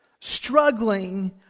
struggling